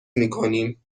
میکنیم